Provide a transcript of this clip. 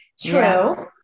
True